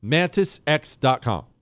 Mantisx.com